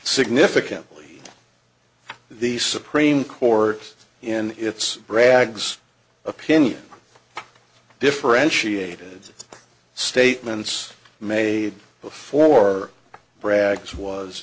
significantly the supreme court in its brags opinion differentiated statements made before bragg's was